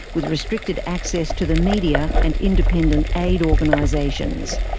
with restricted access to the media and independent aid organisations.